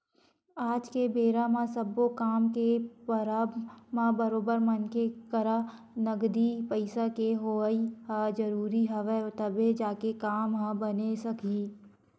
आज के बेरा म सब्बो काम के परब म बरोबर मनखे करा नगदी पइसा के होवई ह जरुरी हवय तभे जाके काम ह बने सकही